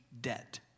debt